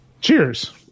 Cheers